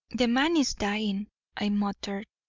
the man is dying i muttered.